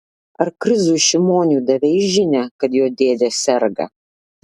ar krizui šimoniui davei žinią kad jo dėdė serga